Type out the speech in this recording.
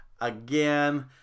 again